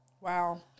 Wow